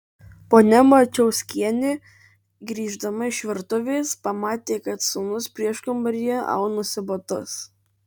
ponia marčiauskienė grįždama iš virtuvės pamatė kad sūnus prieškambaryje aunasi batus